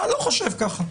אתה לא חושב כך.